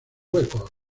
records